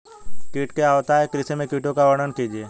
कीट क्या होता है कृषि में कीटों का वर्णन कीजिए?